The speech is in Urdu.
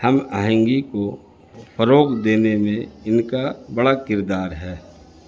ہم آہنگی کو فروغ دینے میں ان کا بڑا کردار ہے